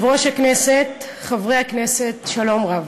יושב-ראש הכנסת, חברי הכנסת, שלום רב,